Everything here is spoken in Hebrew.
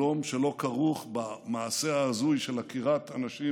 שלום שלא כרוך במעשה ההזוי של עקירת אנשים,